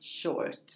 short